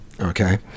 Okay